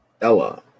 ella